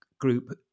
group